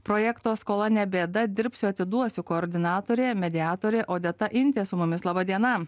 projekto skola ne bėda dirbsiu atiduosiu koordinatorė mediatorė odeta intė su mumis laba diena